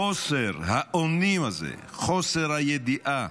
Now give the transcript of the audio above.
חוסר האונים הזה, חוסר הידיעה,